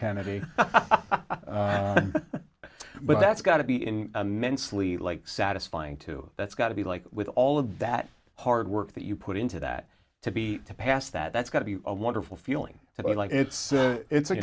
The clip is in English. kennedy but that's got to be in a men's sleeve like satisfying two that's got to be like with all of that hard work that you put into that to be passed that that's got to be a wonderful feeling and like it's so it's a